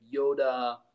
Yoda